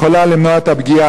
יכולה למנוע את הפגיעה?